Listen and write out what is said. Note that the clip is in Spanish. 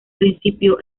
principio